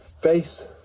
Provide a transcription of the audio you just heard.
Face